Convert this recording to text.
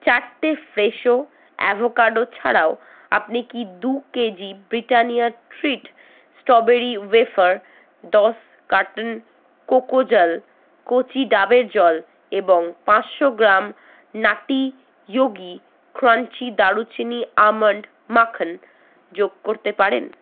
চারটে Fresho avocado ছাড়াও আপনি কি দু কেজি ব্রিটানিয়ার ট্রিট স্ট্রবেরি ওয়েফার দশ কার্টন কোকো জল কচি ডাবের জল এবং পাঁচশো গ্রাম নাটি ইয়োগি ক্রাঞ্চি দারুচিনি আমন্ড মাখন যোগ করতে পারেন